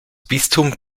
bistum